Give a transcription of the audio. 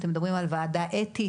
אתם מדברים על ועדה אתית,